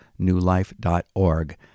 newlife.org